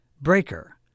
Breaker